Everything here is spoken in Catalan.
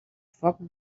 foc